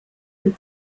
rwyt